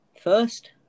first